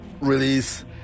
release